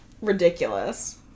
ridiculous